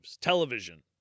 television